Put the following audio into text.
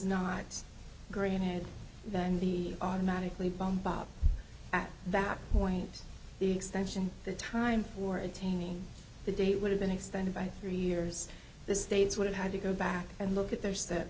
not granted and the automatically bump up at that point the extension the time for attaining the date would have been extended by three years the states would have had to go back and look at the